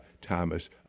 Thomas